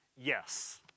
yes